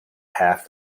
half